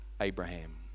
Abraham